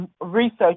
research